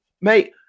mate